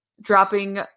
dropping